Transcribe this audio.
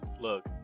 Look